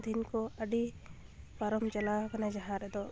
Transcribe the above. ᱫᱤᱱ ᱠᱚ ᱟᱹᱰᱤ ᱯᱟᱨᱚᱢ ᱪᱟᱞᱟᱣ ᱠᱟᱱᱟ ᱡᱟᱦᱟᱸ ᱨᱮᱫᱚ